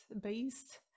based